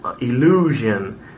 illusion